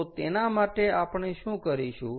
તો તેના માટે આપણે શું કરીશું